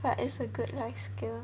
but is a good life skill